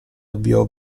avviò